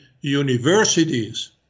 universities